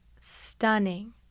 stunning